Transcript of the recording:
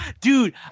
dude